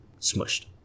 smushed